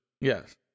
Yes